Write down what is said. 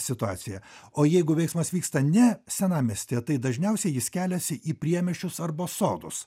situacija o jeigu veiksmas vyksta ne senamiestyje tai dažniausiai jis keliasi į priemiesčius arba sodus